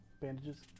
bandages